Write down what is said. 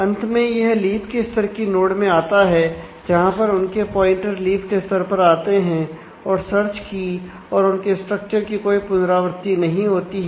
अंत में यह लीफ के स्तर की नोड में आता है जहां पर उनके प्वाइंटर लीफ के स्तर पर आते हैं और सर्च की और उसके स्ट्रक्चर की कोई पुनरावृत्ति नहीं होती है